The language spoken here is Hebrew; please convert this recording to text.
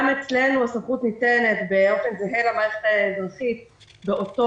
גם אצלנו הסמכות ניתנת באופן זהה למערכת האזרחית באותו